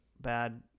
bad